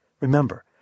Remember